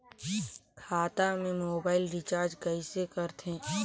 खाता से mobile recharge कइसे करथे